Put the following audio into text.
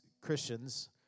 Christians